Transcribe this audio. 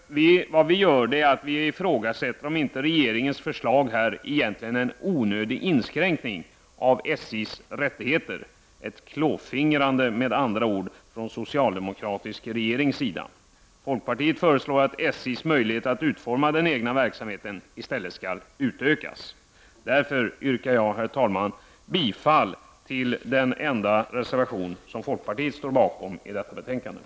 Vad vi gör är att vi ifrågasätter om inte regeringens förslag egentligen innebär en onödig inskränkning av SJs rättigheter — med andra ord ett klåfingrigt förfarande. Vi i folkpartiet föreslår att SJs möjligheter att utforma den egna verksamheten i stället skall utökas. Därför yrkar jag, herr talman, bifall till den reservation till betänkandet som vi i folkpartiet står bakom.